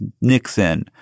Nixon